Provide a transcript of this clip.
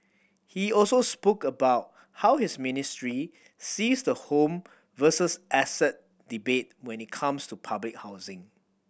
he also spoke about how his ministry sees the home versus asset debate when it comes to public housing